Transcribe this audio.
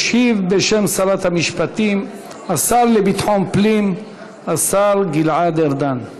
ישיב בשם שרת המשפטים השר לביטחון פנים גלעד ארדן.